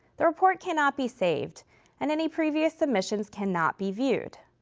the report cannot be saved and any previous submissions cannot be viewed.